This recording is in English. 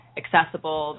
accessible